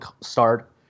start